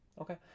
okay